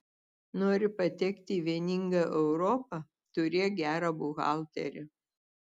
nori patekti į vieningą europą turėk gerą buhalterį